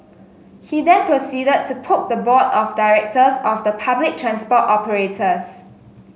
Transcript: he then proceeded to poke the board of directors of the public transport operators